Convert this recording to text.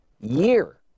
year